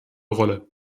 rolle